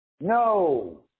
no